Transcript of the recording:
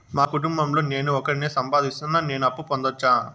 మా కుటుంబం లో నేను ఒకడినే సంపాదిస్తున్నా నేను అప్పు పొందొచ్చా